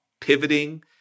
pivoting